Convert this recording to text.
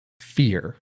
Fear